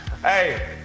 Hey